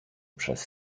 przez